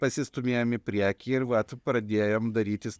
pasistūmėjom į priekį ir vat pradėjom darytis